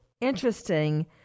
interesting